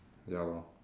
ya lor